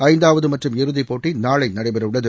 ஐந்தாவதுமற்றும் இறுதிப் போட்டிநாளைநடைபெறவுள்ளது